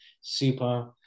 super